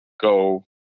go